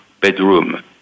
bedroom